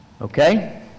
okay